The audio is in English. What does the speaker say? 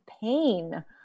pain